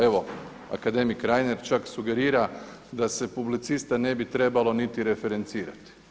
Evo akademik Reiner čak sugerira da se publicista ne bi trebalo niti referencirati.